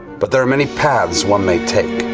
but there are many paths one may take.